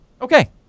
Okay